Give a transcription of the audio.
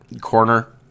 corner